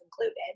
included